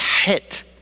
hit